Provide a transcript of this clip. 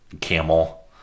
camel